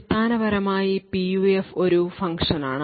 അടിസ്ഥാനപരമായി PUF ഒരു ഫംഗ്ഷനാണ്